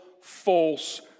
false